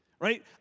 Right